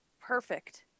perfect